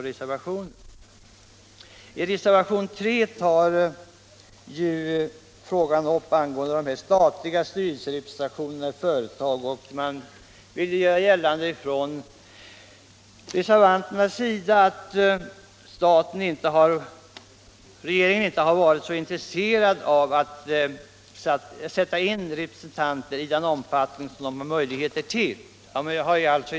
Reservationen 3 tar upp frågan om styrelserepresentation för staten i vissa företag. Motionärerna och reservanterna anser att regeringen inte har varit så intresserad av att tillvarata möjligheterna att utse statliga styrelserepresentanter.